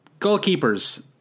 Goalkeepers